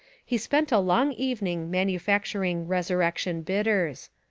he spent a long evening manufacturing resurrection bit ters.